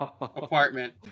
apartment